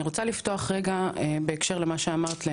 אני רוצה לפתוח רגע בהקשר למה שאמרת על